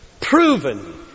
proven